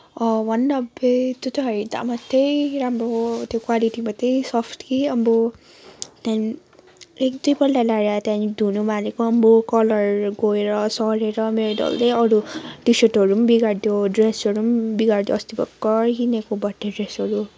भन्दा फेरि त्यो त हेर्दा मात्रै राम्रो हो त्यो क्वालिटी मात्रै सोफ्ट कि अब त्यहाँ एक दुईपल्ट लगाएर त्यहाँबाट धुनुमा हालेको आम्मै हो कलरहरू गएर सरेर मेरो डल्लै अरू टी सर्टहरू पनि बिगारिदियो ड्रेसहरू पनि बिगारिदियो अस्ति भर्खर किनेको बर्थडे ड्रेसहरू